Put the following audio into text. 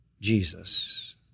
Jesus